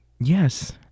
yes